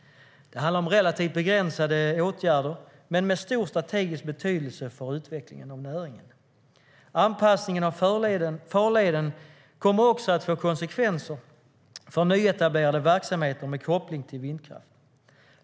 Det handlar om åtgärder som är relativt begränsade men som har stor strategisk betydelse för utvecklingen av näringen. Anpassningen av farleden kommer också att få konsekvenser för nyetablerade verksamheter med koppling till vindkraft.